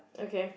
okay